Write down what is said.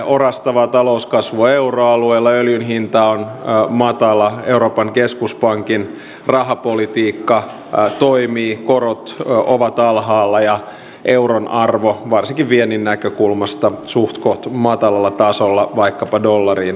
orastava talouskasvu euroalueella öljyn hinta on matala euroopan keskuspankin rahapolitiikka toimii korot ovat alhaalla ja euron arvo varsinkin viennin näkökulmasta on suhtkoht matalalla tasolla vaikkapa dollariin suhteutettuna